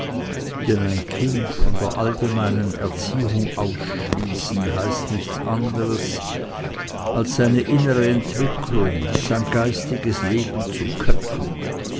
denn ein kind von der allgemeinen erziehung ausschließen heißt nichts anderes als seine innere entwicklung sein geistiges leben köpfen